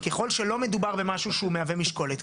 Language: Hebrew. ככל שלא מדבור במשהו שהוא מהווה משקולת,